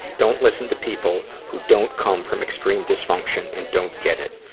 don't listen to people who don't come from extreme dysfunction and don't get it.